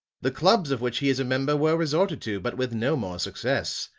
the clubs of which he is a member were resorted to, but with no more success.